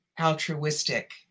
altruistic